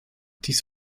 dies